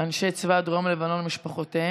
אנשי צבא דרום לבנון ומשפחותיהם,